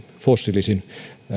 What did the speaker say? fossiilisiin